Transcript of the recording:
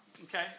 okay